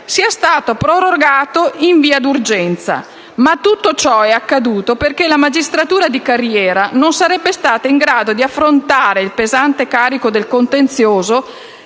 sia stato prorogato in via d'urgenza. Ma tutto ciò è accaduto perché la magistratura di carriera non sarebbe stata in grado di affrontare il pesante carico del contenzioso